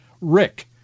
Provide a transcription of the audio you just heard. Rick